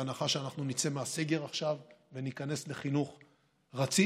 בהנחה שאנחנו נצא מהסגר עכשיו וניכנס לחינוך רציף,